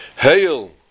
Hail